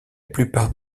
plupart